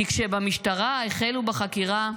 כי כשבמשטרה החלו בחקירה,